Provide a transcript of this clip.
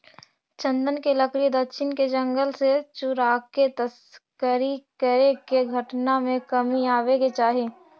चन्दन के लकड़ी दक्षिण के जंगल से चुराके तस्करी करे के घटना में कमी आवे के चाहि